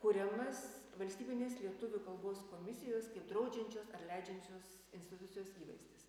kuriamas valstybinės lietuvių kalbos komisijos kaip draudžiančios ar leidžiančios institucijos įvaizdis